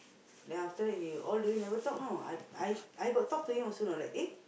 then after that he all the way never talk you know I I I got talk to him also you know like eh